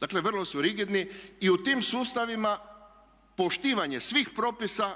Dakle, vrlo su rigidni i u tim sustavima poštivanje svih propisa